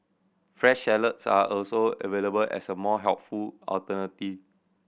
fresh salads are also available as a more healthful alternative